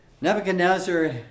Nebuchadnezzar